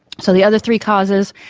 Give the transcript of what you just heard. so the other three courses,